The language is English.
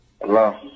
Hello